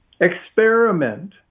Experiment